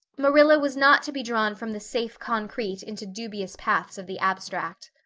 marilla was not to be drawn from the safe concrete into dubious paths of the abstract.